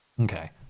Okay